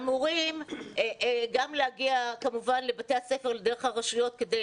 אמורים גם להגיע לבתי הספר דרך הרשויות כדי